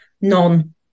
non